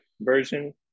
version